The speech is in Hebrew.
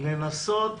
לנסות